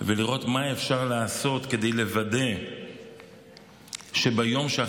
ולראות מה אפשר לעשות כדי לוודא שביום שאחרי